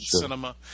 cinema